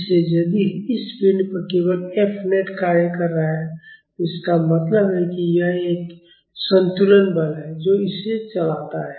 इसलिए यदि इस पिंड पर केवल F नेट कार्य कर रहा है तो इसका मतलब है कि यह एक संतुलन बल है जो इसे चलाता है